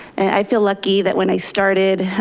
and i feel lucky that when i started